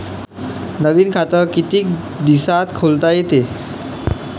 नवीन खात कितीक दिसात खोलता येते?